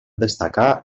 destacar